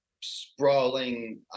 sprawling